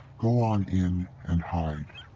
go on in and hide.